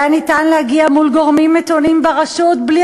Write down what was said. היה ניתן להגיע מול גורמים מתונים ברשות בלי